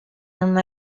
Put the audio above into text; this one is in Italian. non